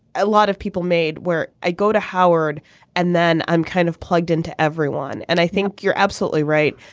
a lot of people made where i go to howard and then i'm kind of plugged into everyone and i think you're absolutely right.